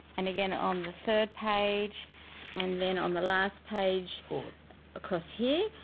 and again on the third page and then on the last page. across here.